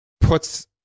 puts